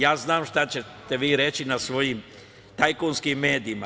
Ja znam šta ćete vi reći na svojim tajkunskim medijima.